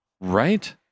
Right